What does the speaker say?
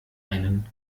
einen